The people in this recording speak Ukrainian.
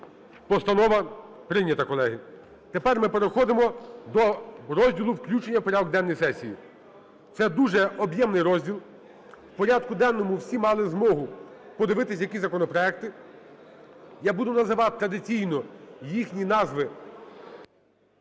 Постанова прийнята, колеги. Тепер ми переходимо до розділу: включення в порядок денний сесії. Це дуже об'ємний розділ. У порядку денному всі мали змогу подивитись, які законопроекти. Я буду називати традиційно їхні назви